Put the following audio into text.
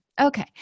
Okay